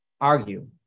argue